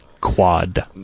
Quad